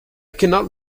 cannot